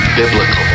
biblical